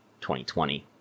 2020